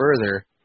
further